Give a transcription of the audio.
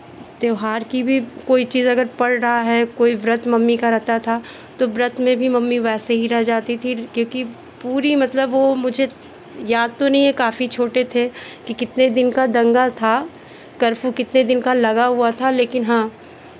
त्योहार की भी कोई चीज़ अगर पड़ रहा है कोई व्रत मम्मी का रहता था तो व्रत में भी मम्मी वैसे ही रह जाती थी क्योंकि पूरी मतलब वो मुझे याद तो नहीं है काफी छोटे थे कि कितने दिन का दंगा था कर्फ्यू कितने दिन का लगा हुआ था लेकिन हाँ